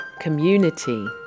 Community